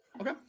Okay